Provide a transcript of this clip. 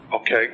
Okay